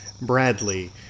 Bradley